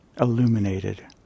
illuminated